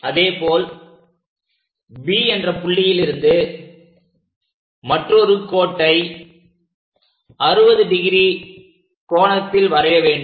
அதேபோல் B என்ற புள்ளியில் இருந்து மற்றொரு கோட்டை 60° கோணத்தில் வரைய வேண்டும்